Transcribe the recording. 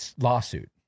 lawsuit